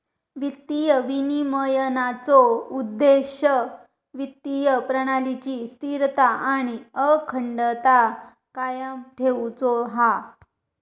वित्तीय विनिमयनाचो उद्देश्य वित्तीय प्रणालीची स्थिरता आणि अखंडता कायम ठेउचो हा